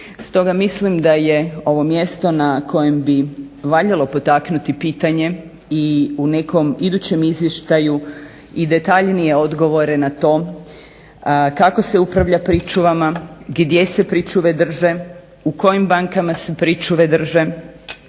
Stoga mislim da je ovo mjesto na kojem bi valjalo potaknuti pitanje i u nekom idućem izvještaju i detaljnije odgovore na to kako se upravlja pričuvama, gdje se pričuve drže, u kojim bankama se pričuve drže,